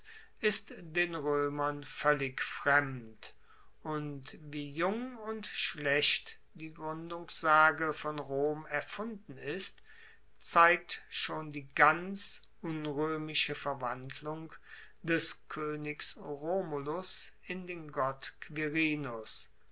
ist den roemern voellig fremd und wie jung und schlecht die gruendungssage von rom erfunden ist zeigt schon die ganz unroemische verwandlung des koenigs romulus in den gott